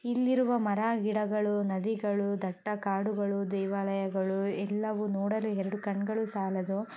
ಇಲ್ಲಿರುವ ಮರ ಗಿಡಗಳು ನದಿಗಳು ದಟ್ಟ ಕಾಡುಗಳು ದೇವಾಲಯಗಳು ಎಲ್ಲವೂ ನೋಡಲು ಎರಡು ಕಣ್ಣುಗಳು ಸಾಲದು